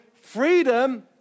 freedom